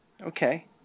Okay